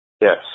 Yes